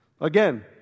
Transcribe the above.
Again